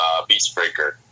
Beastbreaker